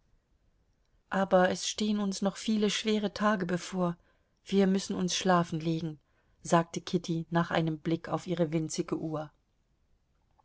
aber es stehen uns noch viele schwere tage bevor wir müssen uns schlafen legen sagte kitty nach einem blick auf ihre winzige uhr